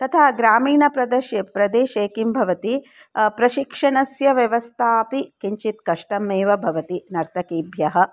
तथा ग्रामीणप्रदेशे प्रदेशे किं भवति प्रशिक्षणस्य व्यवस्था अपि किञ्चित् कष्टमेव भवति नर्तकीभ्यः